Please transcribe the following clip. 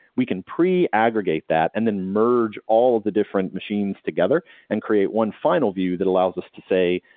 we can pre-aggregate that and then merge all of the different machines together and create one final view that allows us to say,